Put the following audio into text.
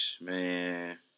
Man